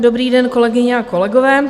Dobrý den, kolegyně a kolegové.